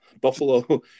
buffalo